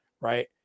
right